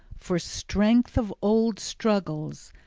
for strength of old struggles,